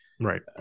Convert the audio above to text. Right